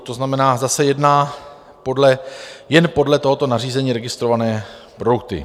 To znamená, zase jedná jen podle tohoto nařízení registrované produkty.